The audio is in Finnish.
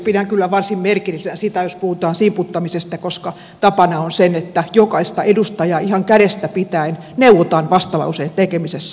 pidän kyllä varsin merkillisenä sitä jos puhutaan simputtamisesta koska tapana on se että jokaista edustajaa ihan kädestä pitäen neuvotaan vastalauseen tekemisessä